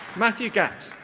matthew gatt.